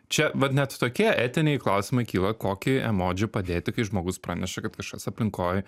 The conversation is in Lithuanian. čia vat net tokie etiniai klausimai kyla kokį emodžį padėti kai žmogus praneša kad kažkas aplinkoj